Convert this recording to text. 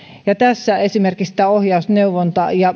tässä esimerkiksi ohjauksen neuvonnan ja